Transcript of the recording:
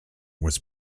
was